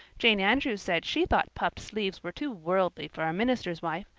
jane andrews said she thought puffed sleeves were too worldly for a minister's wife,